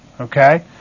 okay